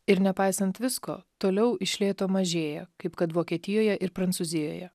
ir nepaisant visko toliau iš lėto mažėja kaip kad vokietijoje ir prancūzijoje